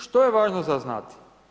Što je važno za znati?